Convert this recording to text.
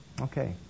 Okay